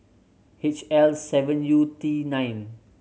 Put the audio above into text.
H L seven U T nine